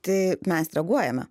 tai mes reaguojame